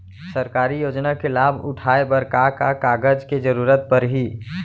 सरकारी योजना के लाभ उठाए बर का का कागज के जरूरत परही